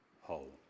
whole